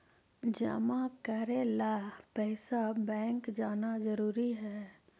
जमा करे ला पैसा बैंक जाना जरूरी है?